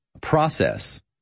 process